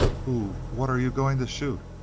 who what are you going to shoot?